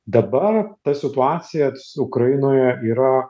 dabar ta situacija ukrainoje yra